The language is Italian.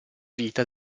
vita